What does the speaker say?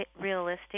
realistic